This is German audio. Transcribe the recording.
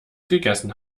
gegessen